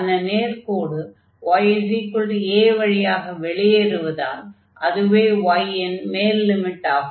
அந்த நேர்க்கோடு ya வழியாக வெளியேருவதால் அதுவே y ன் மேல் லிமிட்டாகும்